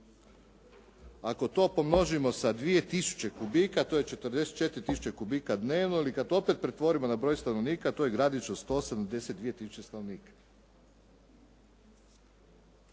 Ako to pomnožimo sa 2000 kubika to je 44000 kubika dnevno ili kad to opet pretvorimo na broj stanovnika to je gradić od 172000 stanovnika.